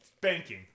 Banking